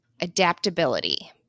Adaptability